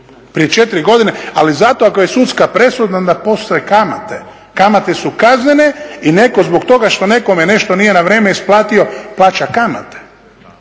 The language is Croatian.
prije 4 godine. Ali zato ako je sudska presuda onda postoje kamate. Kamate su kaznene i netko zbog toga što nekome nešto nije na vrijeme isplatio plaća kamate.